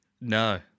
No